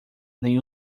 nem